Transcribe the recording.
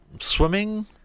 swimming